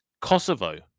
Kosovo